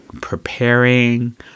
preparing